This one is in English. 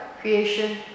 creation